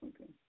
okay